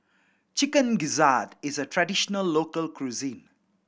Chicken Gizzard is a traditional local cuisine